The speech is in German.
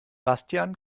bastian